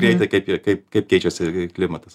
greitai kaip i kaip kaip keičiasi klimatas